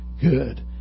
good